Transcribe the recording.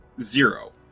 zero